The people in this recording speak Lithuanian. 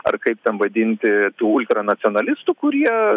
ar kaip ten vadinti tų ultranacionalistų kurie